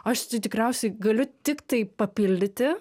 aš tai tikriausiai galiu tiktai papildyti